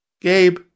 Gabe